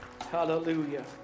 Hallelujah